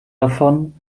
davon